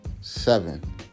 Seven